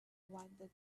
wanted